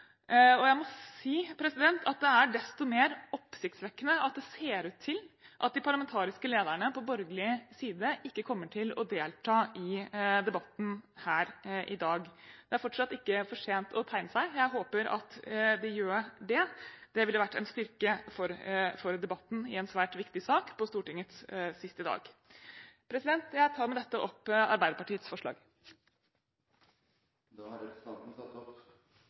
Stortinget. Jeg må si at det er desto mer oppsiktsvekkende at det ser ut til at de parlamentariske lederne på borgerlig side ikke kommer til å delta i debatten her i dag. Det er fortsatt ikke for sent å tegne seg. Jeg håper at de gjør det. Det ville vært en styrke for debatten i en svært viktig sak på Stortingets siste dag. Jeg tar med dette opp forslagene som Arbeiderpartiet har fremmet alene eller sammen med andre partier. Da har representanten Marianne Marthinsen tatt opp